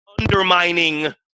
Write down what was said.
undermining